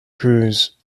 cruise